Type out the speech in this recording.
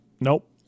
Nope